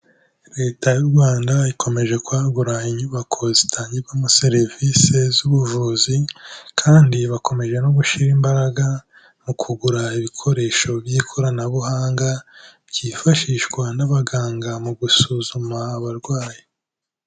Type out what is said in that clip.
Leta y'u Rwanda ikomeje kwagura inyubako zitangirwamo serivisi z'ubuvuzi, kandi bakomeje no gushyira imbaraga mu kugura ibikoresho by'ikoranabuhanga byifashishwa n'abaganga mu gusuzuma abarwayi.